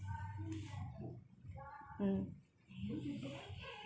mm